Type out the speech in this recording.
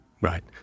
Right